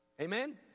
Amen